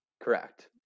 Correct